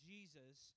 Jesus